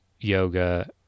yoga